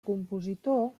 compositor